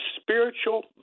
spiritual